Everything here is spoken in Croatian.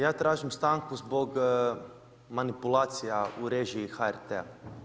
Ja tražim stanku zbog manipulacija u režiji HRT-a.